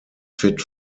fit